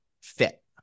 fit